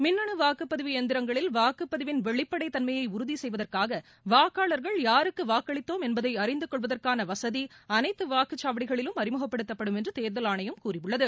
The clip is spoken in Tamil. மின்னனு வாக்குப்பதிவு எந்திரங்களில் வாக்குப்பதிவிள் வெளிப்படைத் தன்மையை உறுதி செய்வதற்காக வாக்காளர்கள் யாருக்கு வாக்களித்தோம் என்பதை அறிந்து கொள்வதற்கான வசதி அனைத்து வாக்குச்சாவடிகளிலும் அறிமுகப்படுத்தப்படும் என்று தேர்தல் ஆணையம் கூறியுள்ளது